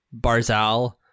Barzal